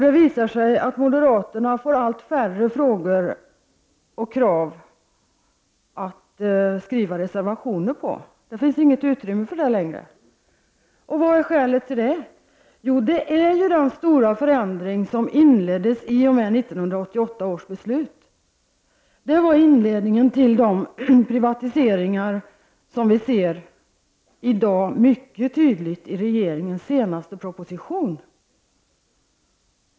Det visar sig att moderaterna får allt färre frågor och krav att skriva reservationer på, för det finns inget utrymme för det längre. Vad är skälet till det? Jo, det är den stora förändring som inleddes i och med 1988 års beslut. Det var inledningen till de privatiseringar som vi ser i dag mycket tydligt i regeringens senaste proposition.